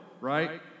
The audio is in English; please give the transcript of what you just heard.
right